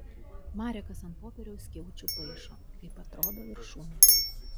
marekas ant popieriaus skiaučių paišo kaip atrodo viršūnė